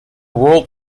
world